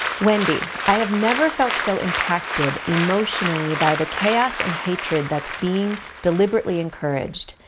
wendy i have never felt so impacted emotionally by the chaos and hatred that's being deliberately encouraged.